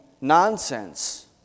nonsense